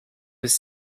was